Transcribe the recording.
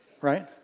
right